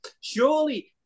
Surely